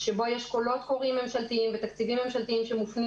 שבו יש קולות קוראים ממשלתיים ותקציבים ממשלתיים שמופנים